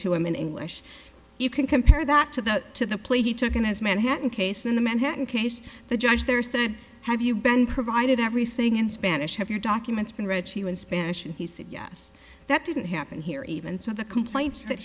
to him in english you can compare that to the to the play he took in his manhattan case in the manhattan case the judge there said have you been provided everything in spanish have your documents been read to you in spanish and he said yes that didn't happen here even so the complaints that